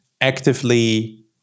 actively